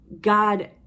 God